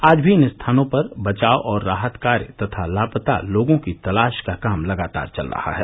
आज भी इन स्थानों पर बचाव और राहत कार्य तथा लापता लोगों की तलाश का काम लगातार चल रहा है